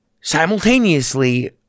simultaneously